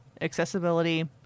accessibility